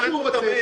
מה שהוא רוצה,